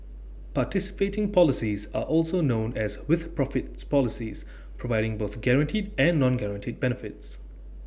participating policies are also known as with profits policies providing both guaranteed and non guaranteed benefits